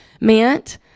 meant